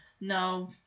No